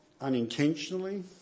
unintentionally